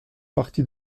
partie